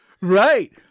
Right